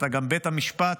ואתה גם בית המשפט